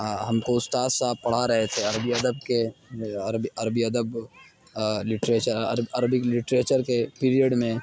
ہم کو استاذ صاحب پڑھا رہے تھے عربی ادب کے میرا عربی عربی ادب لٹریچر عربک لٹریچر کے پیریڈ میں